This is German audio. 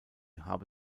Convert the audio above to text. habe